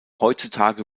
heutzutage